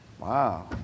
Wow